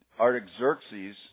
Artaxerxes